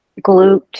glute